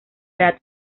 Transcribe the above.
edad